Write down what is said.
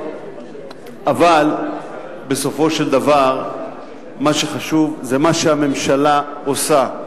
אבל בסופו של דבר מה שחשוב זה מה שהממשלה עושה.